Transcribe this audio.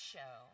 Show